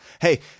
Hey